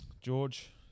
George